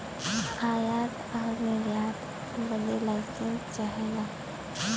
आयात आउर निर्यात बदे लाइसेंस चाहला